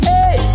Hey